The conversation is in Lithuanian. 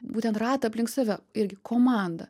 būtent ratą aplink save irgi komandą